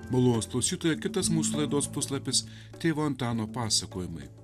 malonūs klausytojai kitas mūsų laidos puslapis tėvo antano pasakojimai